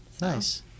nice